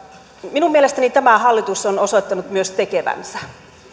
minun mielestäni tämä hallitus on osoittanut myös tekevänsä